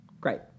Great